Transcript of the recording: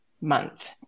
month